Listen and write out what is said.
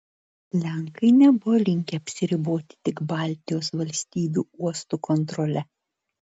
lenkai nebuvo linkę apsiriboti tik baltijos valstybių uostų kontrole